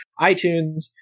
iTunes